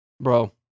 Bro